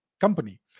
company